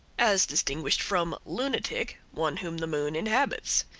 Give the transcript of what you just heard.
as distinguished from lunatic, one whom the moon inhabits.